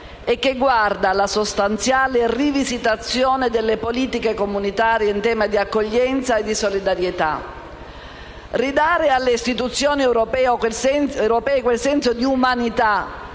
che guarda alla sostanziale rivisitazione delle politiche comunitarie in tema di accoglienza e solidarietà. Ridare alle istituzioni europee quel senso di umanità,